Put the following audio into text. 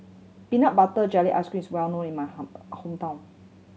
peanut butter jelly ice cream is well known in my hometown